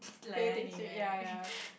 pay attention ya ya ya